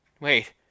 Wait